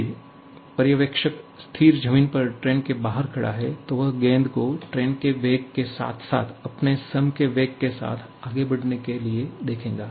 यदि पर्यवेक्षक स्थिर जमीन पर ट्रेन के बाहर खड़ा है तो वह गेंद को ट्रेन के वेग के साथ साथ अपने स्वयं के वेग के साथ आगे बढ़ने के लिए देखेगा